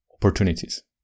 opportunities